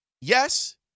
Yes